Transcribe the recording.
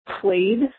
played